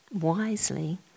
wisely